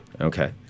Okay